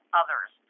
others